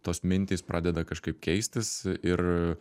tos mintys pradeda kažkaip keistis ir